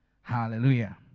Hallelujah